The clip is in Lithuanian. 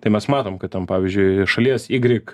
tai mes matom kad ten pavyzdžiui šalies ygrik